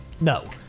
No